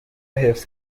حفظ